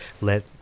let